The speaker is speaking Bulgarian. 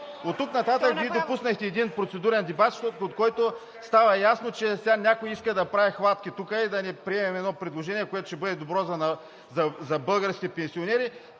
Оттук нататък Вие допуснахте един процедурен дебат, от който става ясно, че сега някой иска да прави хватки тук и да не приемем едно предложение, което ще бъде добро за българските пенсионери,